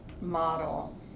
model